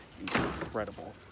incredible